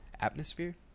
atmosphere